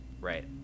right